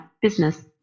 business